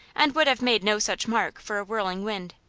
and would have made no such mark for a whirling wind.